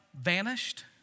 vanished